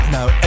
Now